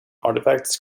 artifacts